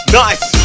nice